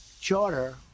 charter